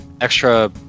extra